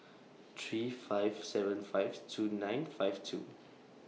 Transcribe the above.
three five seven five two nine five two